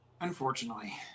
Unfortunately